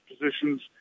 positions